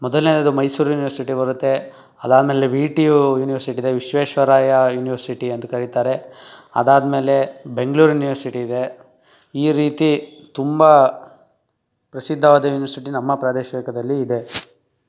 ಮೊದಲ್ನೇದು Mysuru university ಬರುತ್ತೆ ಅದಾದ ಮೇಲೆ ವಿ ಟಿ ಯು ಯೂನಿವರ್ಸಿಟಿದೆ ವಿಶ್ವೇಶ್ವರಯ್ಯ ಯೂನಿವರ್ಸಿಟಿ ಅಂತ ಕರೀತಾರೆ ಅದಾದ ಮೇಲೆ ಬೆಂಗ್ಳೂರು ಯೂನಿವರ್ಸಿಟಿ ಇದೆ ಈ ರೀತಿ ತುಂಬ ಪ್ರಸಿದ್ಧವಾದ ಯೂನಿವರ್ಸಿಟಿ ನಮ್ಮ ಪ್ರಾದೇಶಿಕದಲ್ಲಿ ಇದೆ